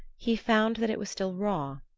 he found that it was still raw.